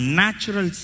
natural